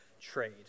trade